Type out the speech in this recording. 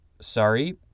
sorry